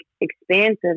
expansive